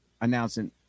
announcing